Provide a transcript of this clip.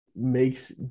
makes